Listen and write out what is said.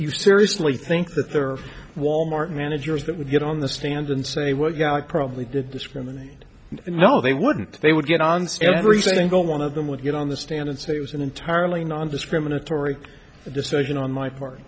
you seriously think that there are wal mart managers that would get on the stand and say well yeah it probably did discriminate no they wouldn't they would get on still every single one of them would get on the stand and say it was an entirely nondiscriminatory decision on my part